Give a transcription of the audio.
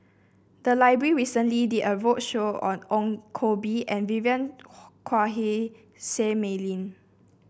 the library recently did a roadshow on Ong Koh Bee and Vivien Quahe Seah Mei Lin